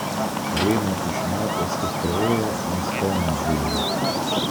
rėmą išmetęs tik praėjo nes panos žiūri